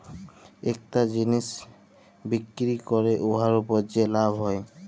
ইকটা জিলিস বিক্কিরি ক্যইরে উয়ার উপর যে লাভ হ্যয়